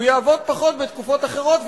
הוא יעבוד פחות בתקופות אחרות,